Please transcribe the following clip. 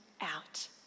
out